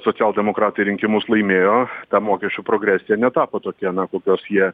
socialdemokratai rinkimus laimėjo ta mokesčių progresija netapo tokia kokios jie